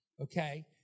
okay